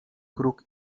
kruk